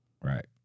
Right